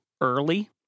early